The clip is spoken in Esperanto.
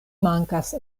mankas